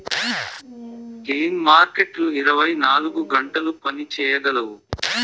gain మార్కెట్లు ఇరవై నాలుగు గంటలు పని చేయగలవు